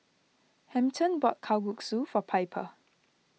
Hampton bought Kalguksu for Piper